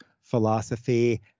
philosophy